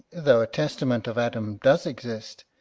though a testament of adam does exist,